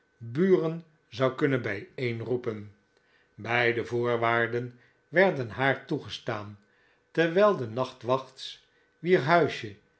buren zou kunnen bijeenroepen beide voorwaarden werden haar toegestaan terwijl de nachtwachts wier